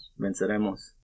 Venceremos